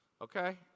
okay